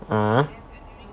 ah